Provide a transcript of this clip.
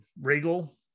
Regal